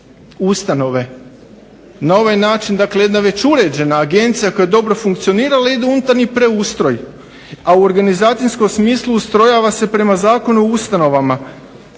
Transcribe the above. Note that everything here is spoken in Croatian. ustanove. Na ovaj način jedna već uređena Agencija koja je dobro funkcionirala ide u unutarnji preustroj, a u organizacijskom smislu ustrojava se prema Zakonu o ustanovama.